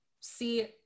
See